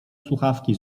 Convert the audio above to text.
słuchawki